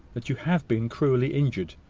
that you have been cruelly injured,